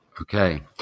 Okay